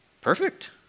perfect